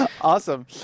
Awesome